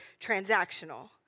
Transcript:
transactional